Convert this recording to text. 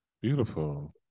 Beautiful